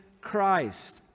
Christ